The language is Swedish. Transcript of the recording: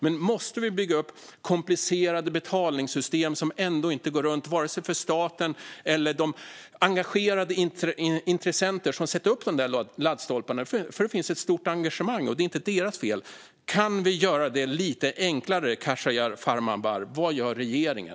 Men måste vi bygga upp komplicerade betalsystem som ändå inte går runt för vare sig staten eller de engagerade intressenter som sätter upp laddstolpar? Det finns ett stort engagemang, och det är inte intressenternas fel. Men kan vi göra det lite enklare, Khashayar Farmanbar? Vad gör regeringen?